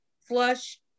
flush